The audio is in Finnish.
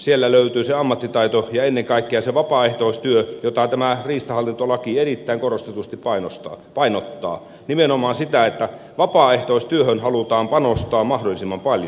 siellä löytyy se ammattitaito ja ennen kaikkea se vapaaehtoistyö jota tämä riistahallintolaki erittäin korostetusti painottaa nimenomaan sitä että vapaaehtoistyöhön halutaan panostaa mahdollisimman paljon